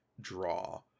draw